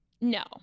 No